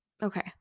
okay